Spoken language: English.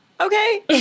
Okay